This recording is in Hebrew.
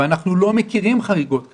ואנחנו לא מכירים חריגות כאלה.